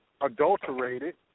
Adulterated